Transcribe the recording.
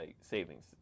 savings